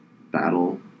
battle